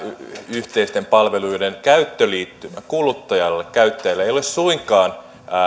yhteisten palveluiden käyttöliittymä kuluttajalle käyttäjälle ei ole suinkaan